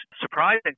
surprising